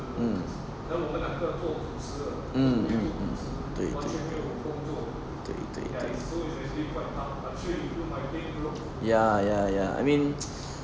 mm mm mm mm 对对对对对对 ya ya ya I mean